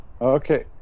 Okay